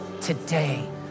today